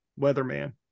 Weatherman